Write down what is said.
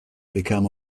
become